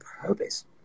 purpose